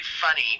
funny